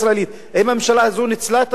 האם הממשלה הזאת ניצלה את המשאב הזה?